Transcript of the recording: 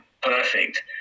perfect